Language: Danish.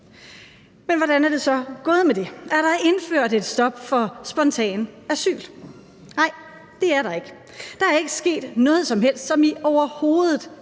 Men hvordan er det så gået med det? Er der indført et stop for spontan asyl? Nej, det er der ikke. Der er ikke sket noget som helst, overhovedet